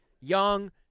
young